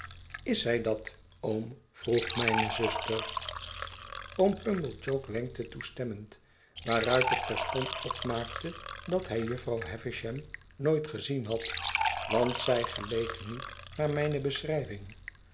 is zij dat oom vroeg mijne zuster oom pumblechook wenkte toestemmend waaruit ik terstond opmaakte dat hij jufvrouw havisham nooit gezien had want zij geleek niet naar mijne beschrijving